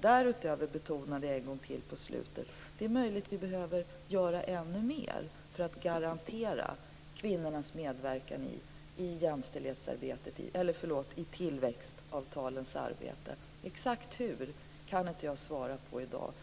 Därutöver betonade jag en gång till på slutet att det är möjligt att vi behöver göra ännu mer för att garantera kvinnornas medverkan i tillväxtavtalens arbete. Exakt hur kan jag inte svara på i dag.